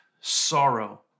sorrow